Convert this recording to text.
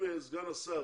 סגן השר,